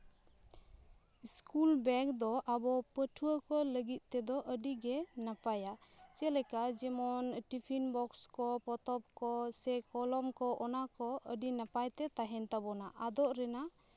school bag ᱫᱚ ᱟᱵᱚ ᱯᱟᱹᱴᱷᱩᱣᱟᱹ ᱠᱚ ᱞᱟᱹᱜᱤᱫ ᱛᱮᱫᱚ ᱟᱹᱰᱤ ᱜᱮ ᱱᱟᱯᱟᱭᱟ ᱪᱮᱫ ᱞᱮᱠᱟ ᱡᱮᱢᱚᱱ ᱴᱤᱯᱤᱱ ᱵᱚᱠᱥ ᱠᱚ ᱯᱚᱛᱚᱵ ᱠᱚ ᱥᱮ ᱠᱚᱞᱚᱢ ᱠᱚ ᱚᱱᱟ ᱠᱚ ᱟᱹᱰᱤ ᱱᱟᱯᱟᱭᱛᱮ ᱛᱟᱦᱮᱱ ᱛᱟᱵᱚᱱᱟ ᱟᱫᱚᱜ ᱨᱮᱱᱟᱜ